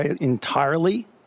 entirely